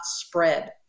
spread